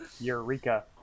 Eureka